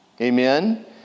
Amen